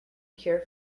cure